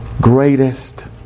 greatest